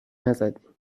نزدیم